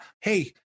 hey